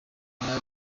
neymar